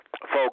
Folks